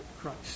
Christ